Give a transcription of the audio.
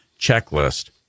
checklist